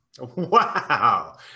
Wow